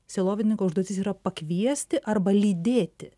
sielovadininko užduotis yra pakviesti arba lydėti